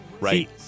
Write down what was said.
Right